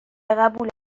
قبول